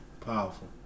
Powerful